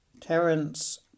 Terence